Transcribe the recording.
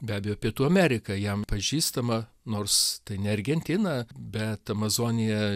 be abejo pietų amerika jam pažįstama nors tai ne argentina bet amazonija